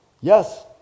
Yes